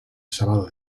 sábado